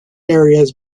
areas